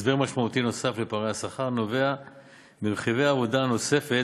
הסבר משמעותי נוסף לפערי השכר נובע מרכיבי העבודה הנוספת,